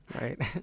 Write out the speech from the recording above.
right